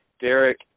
Derek